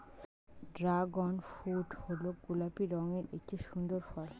dragon fruit হল গোলাপি রঙের একটি সুন্দর ফল